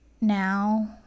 now